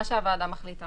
מה שהוועדה מחליטה.